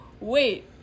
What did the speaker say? Wait